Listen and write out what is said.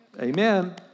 Amen